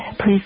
please